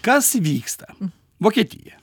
kas vyksta vokietija